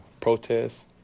Protests